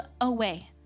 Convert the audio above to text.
away